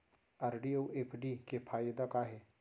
RD अऊ FD के फायेदा का हे?